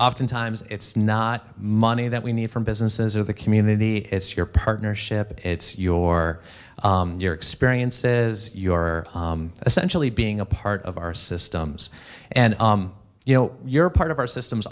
oftentimes it's not money that we need from businesses or the community it's your partnership it's your your experiences your essentially being a part of our systems and you know you're part of our systems